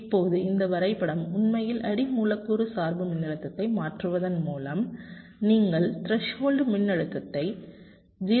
இப்போது இந்த வரைபடம் உண்மையில் அடி மூலக்கூறு சார்பு மின்னழுத்தத்தை மாற்றுவதன் மூலம் நீங்கள் த்ரெஸ்ஹோல்டு மின்னழுத்தத்தை 0